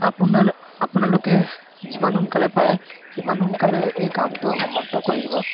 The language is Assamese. আপোনালোকে যিমান সোনকালে পাৰে সিমান সোনকালে এই কামটো সমাপ্ত কৰি দিব